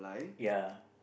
ya